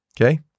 Okay